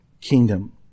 kingdom